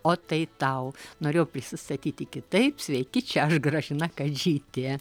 o tai tau norėjau prisistatyti kitaip sveiki čia aš gražina kadžytė